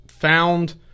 found